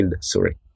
sorry